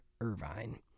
Irvine